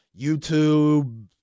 YouTube